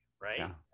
Right